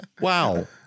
Wow